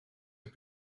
een